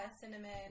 cinnamon